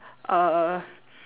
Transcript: uhh